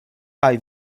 kaj